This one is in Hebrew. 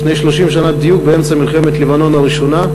לפני 30 שנה בדיוק, באמצע מלחמת לבנון הראשונה,